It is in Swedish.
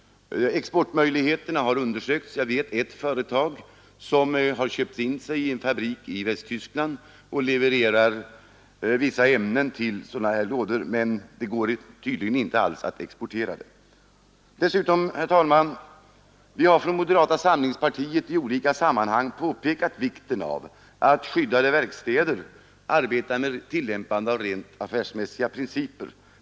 Exportmöjligheterna har undersökts. Jag vet att ett företag har köpt in sig i en fabrik i Västtyskland och levererar vissa ämnen till kistor, men det går tydligen inte alls att exportera. Vi har från moderata samlingspartiet i olika sammanhang påpekat vikten av att skyddade verkstäder arbetar efter rent affärsmässiga principer.